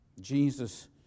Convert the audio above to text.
Jesus